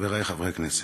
חברי חברי הכנסת,